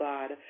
God